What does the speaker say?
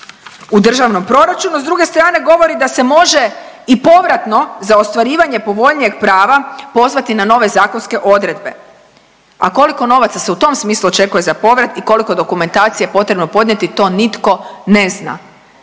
u državnom proračunu, s druge strane govori da se može i povratno za ostvarivanje povoljnijeg prava pozvati na nove zakonske odredbe. A koliko novaca se u tom smislu očekuje za povrat i koliko je dokumentacije potrebno podnijeti, to nitko je zna,